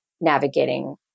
navigating